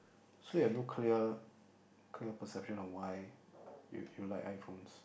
so you have no clear clear perception on why you you like iPhones